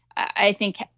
i think,